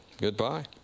Goodbye